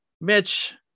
Mitch